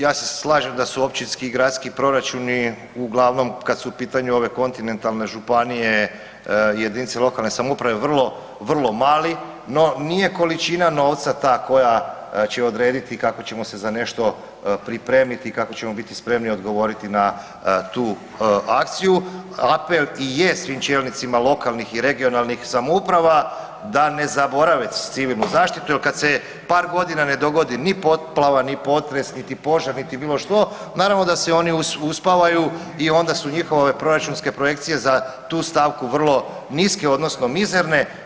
Ja se slažem da su općinski i gradski proračuni uglavnom kad su u pitanju ove kontinentalne županije i jedinice lokalne samouprave vrlo, vrlo mali no nije količina novca ta koja će odrediti kako ćemo se za nešto pripremiti i kako ćemo biti spremni odgovoriti na tu akciju, apel i je svim čelnicima lokalnih i regionalnih samouprava da ne zaborave civilnu zaštitu jer kad se par godina ne dogodi ni poplava, ni potres, niti požar, niti bilo što naravno da se oni uspavaju i onda su njihove proračunske projekcije za tu stavku vrlo niske odnosno mizerne.